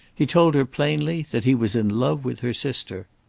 he told her plainly that he was in love with her sister.